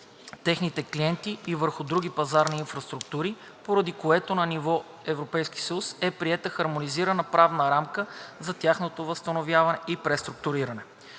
техните клиенти и върху други пазарни инфраструктури, поради което на ниво ЕС е приета хармонизирана правна рамка за тяхното възстановяване и преструктуриране.